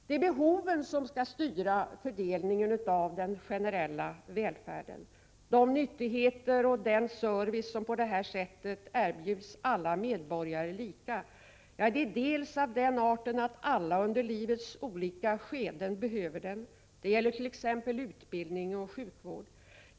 Det är behoven som skall styra fördelningen av den generella välfärden. De nyttigheter och den service som på det sättet erbjuds alla medborgare lika är dels av den arten att alla under livets olika skeden behöver dem — det gäller t.ex. utbildning och sjukvård.